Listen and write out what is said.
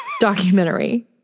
documentary